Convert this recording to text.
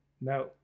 no